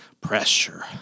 pressure